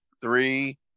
three